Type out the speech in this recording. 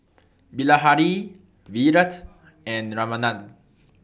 Bilahari Virat and Ramanand